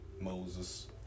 Moses